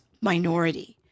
minority